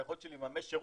היכולת שלי לממש שירות,